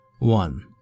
One